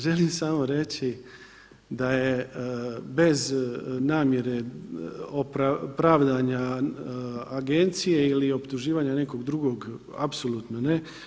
Želim samo reći da je bez namjere pravdanja agencije ili optuživanja nekog drugog apsolutno ne.